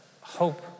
hope